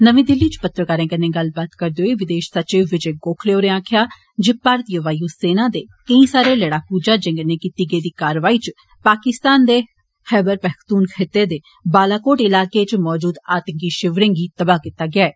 नमीं दिल्ली च पत्रकारें कन्नै गल्ल करदे विदेश सचिव विजय गोखले होरें आक्खेआ जे भारतीय वाय् सेना दे कैई सारे लड़ाकू जहाज़ें कन्नै कीती गेदी कारवाई च पाकिस्तान दे खायबर पखतूनख्वा खिते दे बालाकोट इलाके च मजूद आतंकी शिविरें गी तबाह कीता गेआ ऐ